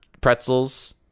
pretzels